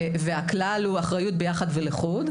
והכלל הוא אחריות ביחד ולחוד,